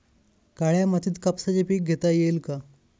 काळ्या मातीत कापसाचे पीक घेता येईल का?